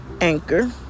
anchor